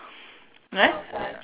right